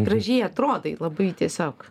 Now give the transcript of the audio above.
gražiai atrodai labai tiesiog